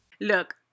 Look